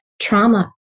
trauma